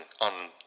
on